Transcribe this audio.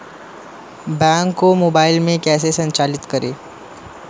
Bank को mobile में कैसे संचालित करें?